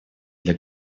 для